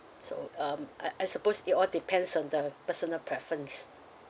so um I I suppose it all depends on the personal preference